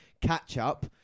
catch-up